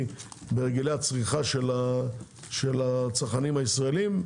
בהרגלי הצריכה של הצרכנים הישראליים,